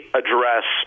address